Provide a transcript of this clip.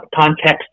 Context